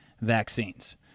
vaccines